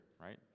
right